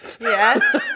Yes